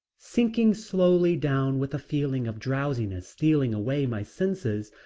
sinking slowly down with a feeling of drowsiness stealing away my senses,